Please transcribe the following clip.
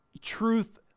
truth